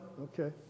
Okay